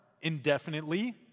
indefinitely